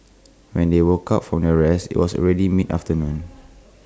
when they woke up from their rest IT was already mid afternoon